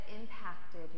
impacted